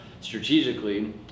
strategically